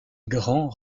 grand